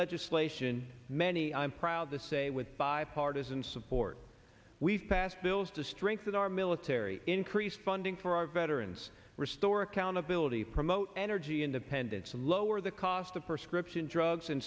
legislation many i'm proud to say with bipartisan support we've passed bills to strengthen our military increase funding for our veterans restore accountability promote energy independence lower the cost of prescription drugs